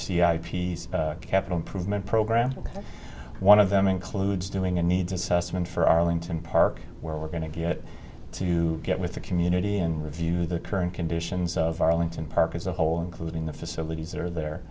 i peas capital improvement program one of them includes doing a needs assessment for arlington park where we're going to get to get with the community and review the current conditions of arlington park as a whole including the facade these are there